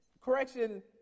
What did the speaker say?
correction